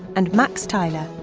and max tyler.